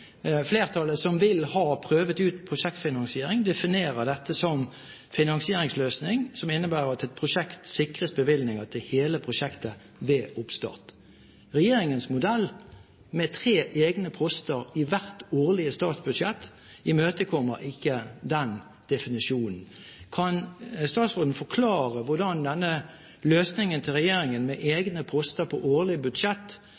Flertallet, som vil ha prøvd ut prosjektfinansiering, definerer dette som finansieringsløsning, som innebærer at et prosjekt sikres bevilgninger til hele prosjektet ved oppstart. Regjeringens modell, med tre egne poster i hvert årlige statsbudsjett, imøtekommer ikke den definisjonen. Kan statsråden forklare hvordan denne løsningen til regjeringen, med egne poster på årlige budsjett,